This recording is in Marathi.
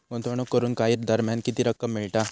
गुंतवणूक करून काही दरम्यान किती रक्कम मिळता?